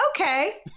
okay